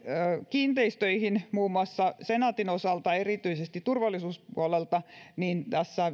kiinteistöihin muun muassa senaatin osalta erityisesti turvallisuuspuolelta tässä